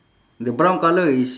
the brown colour is